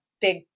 big